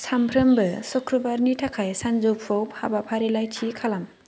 सानफ्रोमबो सुक्रुबारनि थाखाय सानजौफु हाबा फारिलाइ थि खालाम